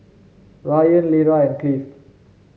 Rylan Lera and Cleave